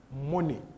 money